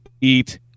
eat